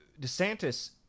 DeSantis